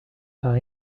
par